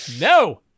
No